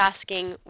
asking